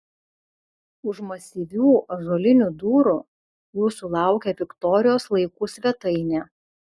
už masyvių ąžuolinių durų jūsų laukia viktorijos laikų svetainė